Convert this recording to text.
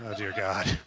ah dear god.